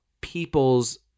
people's